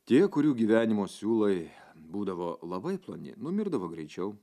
tie kurių gyvenimo siūlai būdavo labai ploni numirdavo greičiau